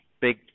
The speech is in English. big